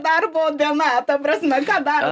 darbo diena ta prasme ką daro